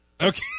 Okay